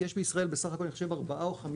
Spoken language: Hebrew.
כי יש בישראל בסך הכל אני חושב ארבעה או